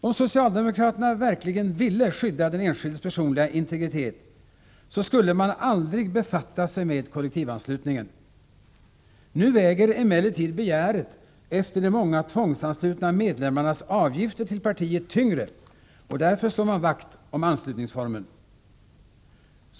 Om socialdemokraterna verkligen ville skydda den enskildes personliga integritet, skulle man aldrig befatta sig med kollektivanslutningen. Nu väger emellertid begäret efter de många tvångsanslutna medlemmarnas avgifter till partiet tyngre, och därför slår man vakt om anslutningsformen.